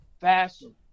fashion